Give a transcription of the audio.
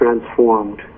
transformed